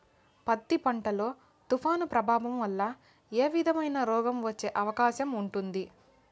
పత్తి పంట లో, తుఫాను ప్రభావం వల్ల ఏ విధమైన రోగం వచ్చే అవకాశం ఉంటుంది?